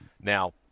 Now